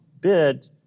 bid